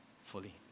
fully